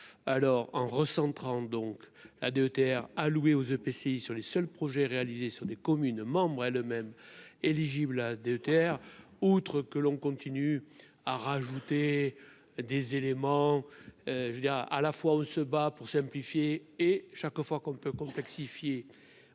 alors en recentrant donc à DETR alloués aux EPCI sur les seuls projets réalisés sur des communes membres et le même éligibles à la DETR outre que l'on continue à rajouter des éléments je ai dit à à la fois on se bat pour simplifier et chaque fois qu'on peut complexifier